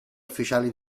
ufficiali